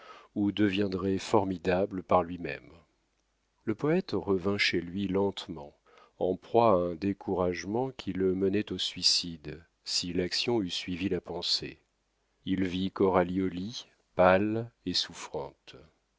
ou deviendrait formidable par lui-même le poète revint chez lui lentement en proie à un découragement qui le menait au suicide si l'action eût suivi la pensée il mit coralie au lit pâle et souffrante